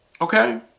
Okay